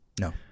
No